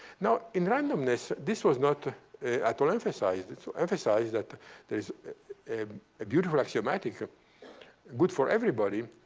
now, in randomness, this was not at all emphasized that so emphasized that there is a ah beautiful axiomatic ah good for everybody.